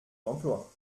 d’emplois